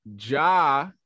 Ja